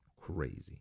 Crazy